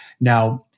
Now